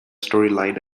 storyline